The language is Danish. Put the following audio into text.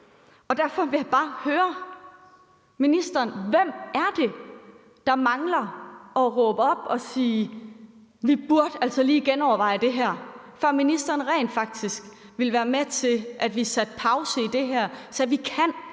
Derfor vil jeg bare høre ministeren om, hvem det er, der mangler at råbe op og sige, at man altså lige burde genoverveje det her, før ministeren rent faktisk vil være med til, at vi satte det her på pause.